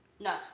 No